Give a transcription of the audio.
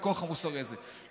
הוויכוח המוסרי הזה,